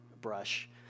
brush